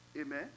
Amen